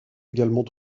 également